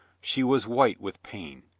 she was white with pain.